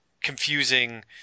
confusing